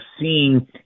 seeing